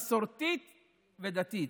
המסורתית והדתית,